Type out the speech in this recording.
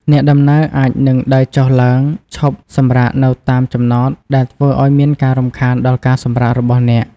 អ្នកដំណើរអាចនឹងដើរចុះឡើង ឈប់សម្រាកនៅតាមចំណត ដែលធ្វើឱ្យមានការរំខានដល់ការសម្រាករបស់អ្នក។